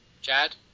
Chad